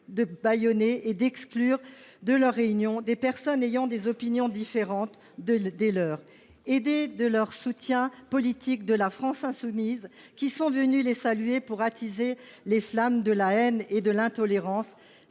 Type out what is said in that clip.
de bâillonner et d’exclure de leurs réunions des personnes ayant des opinions différentes des leurs. Aidés de leurs soutiens politiques de La France insoumise, lesquels sont venus les saluer pour attiser les flammes de la haine et de l’intolérance,